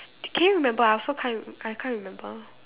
k~ can you remember I also can't I can't remember